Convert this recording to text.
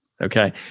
Okay